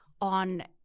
on